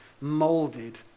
molded